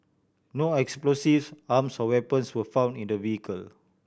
no explosives arms or weapons were found in the vehicle